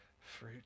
fruit